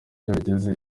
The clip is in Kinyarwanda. bigeze